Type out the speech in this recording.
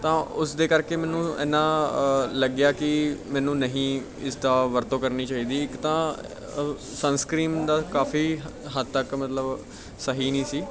ਤਾਂ ਉਸ ਦੇ ਕਰਕੇ ਮੈਨੂੰ ਇੰਨਾ ਲੱਗਿਆ ਕਿ ਮੈਨੂੰ ਨਹੀਂ ਇਸ ਦਾ ਵਰਤੋਂ ਕਰਨੀ ਚਾਹੀਦੀ ਇੱਕ ਤਾਂ ਅ ਸੰਸਕ੍ਰੀਮ ਦਾ ਕਾਫੀ ਹੱਦ ਤੱਕ ਮਤਲਬ ਸਹੀ ਨਹੀਂ ਸੀ